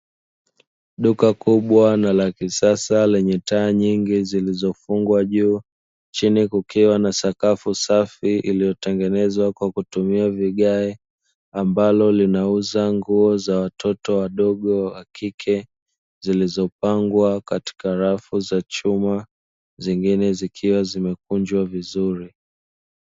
Duka kubwa na la kisasa lenye taa nyingi zilizofungwa juu chini kukiwa na sakafu safi iliyotengenezwa kwa kutumia vigae, ambalo linauza nguo za watoto wadogo wa kike zilizopangwa katika rafu ya chuma zingine zikiwa zimekunjwa vizuri.